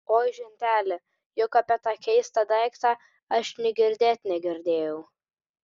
oi ženteli juk apie tą keistą daiktą aš nė girdėti negirdėjau